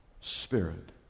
spirit